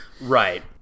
Right